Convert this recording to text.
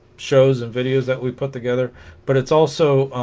shows and videos that we put together but it's also